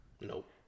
Nope